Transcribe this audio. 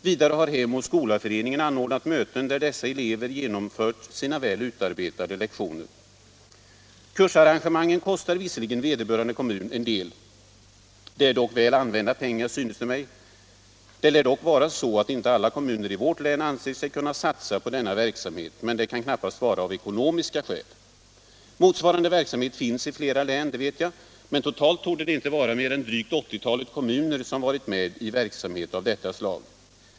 Vidare har Hem och skola-föreningen anordnat möten där dessa elever genomfört sina väl utarbetade lektioner. Kursarrangemangen kostar visserligen vederbörande kommun en del. Det är dock väl använda pengar, synes det mig. Det lär emellertid vara så att inte alla kommuner i vårt län anser sig kunna satsa på denna verksamhet, men det kan knappast vara av ekonomiska skäl. Motsvarande verksamhet finns i flera län — det vet jag —- men totalt torde det inte vara mer än drygt 80-talet kommuner som varit med i verksamhet av detta slag.